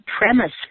premise